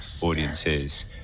audiences